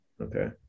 okay